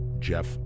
Jeff